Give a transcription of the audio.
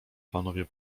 panowie